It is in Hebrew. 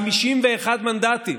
51 מנדטים.